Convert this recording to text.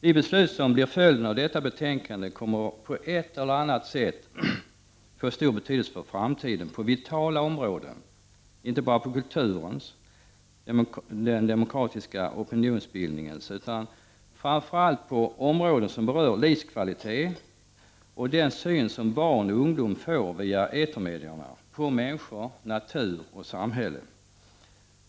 De beslut som blir följden av detta betänkande kommer på ett eller annat sätt att få stor betydelse för framtiden på vitala områden, inte bara på kulturens och den demokratiska opinionsbildningens områden utan framför allt på områden som berör livskvalitet och den syn som barn och ungdom via etermedierna får på människor, natur och samhälle.